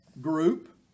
group